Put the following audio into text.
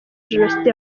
jenoside